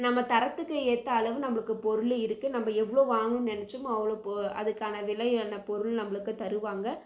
நம்ம தரத்துக்கு ஏற்ற அளவு நம்மளுக்கு பொருள் இருக்குது நம்ம எவ்வளோ வாங்கணுன்னு நினச்சமோ அவ்வளோ பொ அதுக்கான விலையான பொருள் நம்மளுக்குத் தருவாங்க